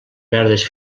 verdes